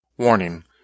Warning